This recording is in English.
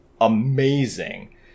amazing